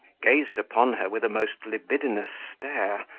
gazed upon her with a most libidinous stare,